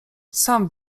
sam